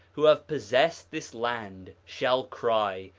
who have possessed this land, shall cry,